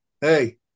hey